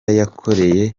yakoreye